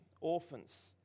orphans